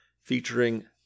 featuring